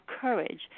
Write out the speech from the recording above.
courage